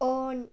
on